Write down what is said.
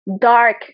dark